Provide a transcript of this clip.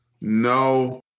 No